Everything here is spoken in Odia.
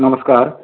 ନମସ୍କାର